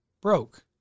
Broke